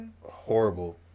Horrible